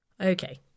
Okay